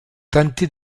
tenter